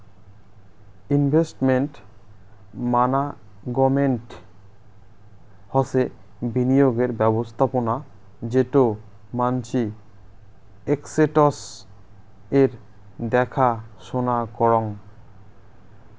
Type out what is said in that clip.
investment management হসে বিনিয়োগের ব্যবস্থাপোনা যেটো মানসি এস্সেটস এর দ্যাখা সোনা করাং